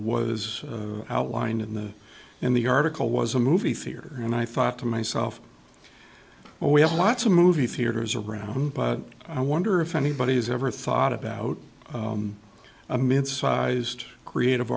s outlined in the in the article was a movie theater and i thought to myself well we have lots of movie theaters around but i wonder if anybody has ever thought about a mid sized creative